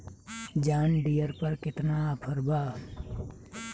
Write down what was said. John Deere पर केतना offer बा?